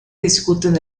discuten